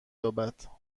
یابد